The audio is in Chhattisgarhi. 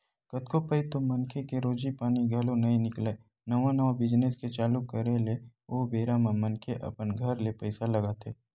कतको पइत तो मनखे के रोजी पानी घलो नइ निकलय नवा नवा बिजनेस के चालू करे ले ओ बेरा म मनखे अपन घर ले पइसा लगाथे